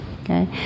Okay